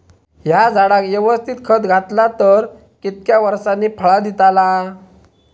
हया झाडाक यवस्तित खत घातला तर कितक्या वरसांनी फळा दीताला?